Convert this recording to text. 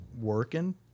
working